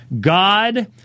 God